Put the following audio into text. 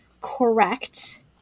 correct